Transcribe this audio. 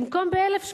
במקום ב-1,000 שקלים,